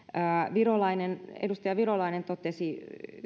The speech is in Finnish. edustaja virolainen totesi